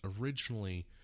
originally